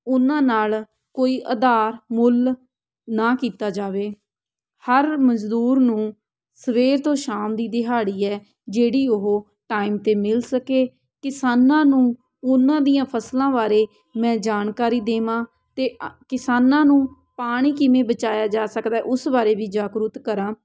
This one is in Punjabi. ਉਹਨਾਂ ਨਾਲ ਕੋਈ ਆਧਾਰ ਮੁੱਲ ਨਾ ਕੀਤਾ ਜਾਵੇ ਹਰ ਮਜ਼ਦੂਰ ਨੂੰ ਸਵੇਰ ਤੋਂ ਸ਼ਾਮ ਦੀ ਦਿਹਾੜੀ ਹੈ ਜਿਹੜੀ ਉਹ ਟਾਈਮ 'ਤੇ ਮਿਲ ਸਕੇ ਕਿਸਾਨਾਂ ਨੂੰ ਉਹਨਾਂ ਦੀਆਂ ਫਸਲਾਂ ਬਾਰੇ ਮੈਂ ਜਾਣਕਾਰੀ ਦੇਵਾਂ ਅਤੇ ਅ ਕਿਸਾਨਾਂ ਨੂੰ ਪਾਣੀ ਕਿਵੇਂ ਬਚਾਇਆ ਜਾ ਸਕਦਾ ਉਸ ਬਾਰੇ ਦੀ ਜਾਗਰੂਕ ਕਰਾਂ